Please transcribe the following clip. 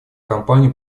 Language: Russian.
кампанию